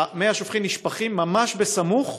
מי השופכין נשפכים ממש בסמוך,